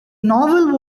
novel